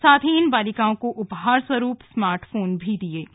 साथ ही इन बालिकाओं को उपहार स्वरूप स्मार्ट फोन भी दिए गए